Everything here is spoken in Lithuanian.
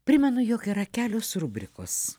primenu jog yra kelios rubrikos